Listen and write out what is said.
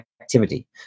activity